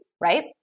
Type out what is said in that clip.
right